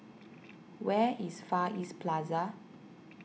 where is Far East Plaza